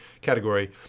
category